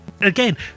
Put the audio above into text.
Again